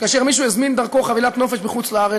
שכאשר מישהו הזמין דרכו חבילת נופש בחוץ לארץ